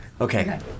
Okay